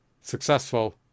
successful